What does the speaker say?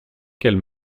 qu’elle